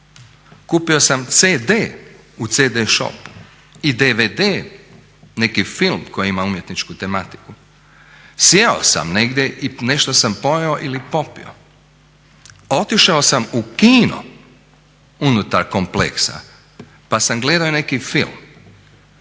kupio sam CD u CD shopu i DVD neki film koji ima umjetničku tematiku. Sjeo sam negdje i nešto sam pojeo ili popio. Otišao sam u kino unutar kompleksa pa sam gledao i neki film.